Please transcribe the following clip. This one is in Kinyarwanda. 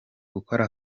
gukora